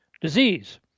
disease